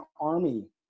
army